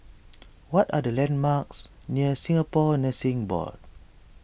what are the landmarks near Singapore Nursing Board